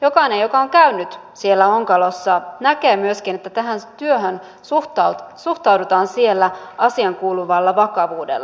jokainen joka on käynyt siellä onkalossa näkee myöskin että tähän työhön suhtaudutaan siellä asiaankuuluvalla vakavuudella